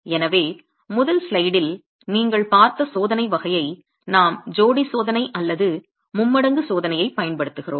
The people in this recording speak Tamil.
எனவே முதல் ஸ்லைடில் நீங்கள் பார்த்த சோதனை வகையை நாம் ஜோடி சோதனை அல்லது மும்மடங்கு சோதனையைப் பயன்படுத்துகிறோம்